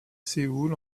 séoul